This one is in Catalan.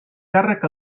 càrrec